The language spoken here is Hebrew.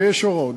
ויש הוראות,